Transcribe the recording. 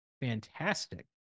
fantastic